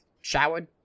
showered